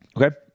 okay